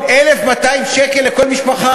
למה כל שנה מאריכים את תוקפו?